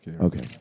okay